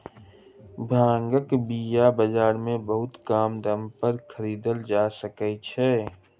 भांगक बीया बाजार में बहुत कम दाम पर खरीदल जा सकै छै